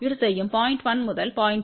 1 முதல் 0